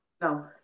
No